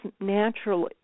naturally